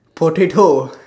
potato